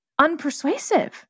unpersuasive